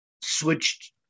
switched